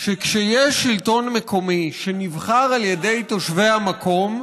שכשיש שלטון מקומי שנבחר על ידי תושבי המקום,